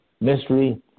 mystery